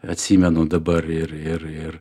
atsimenu dabar ir ir ir